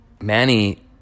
Manny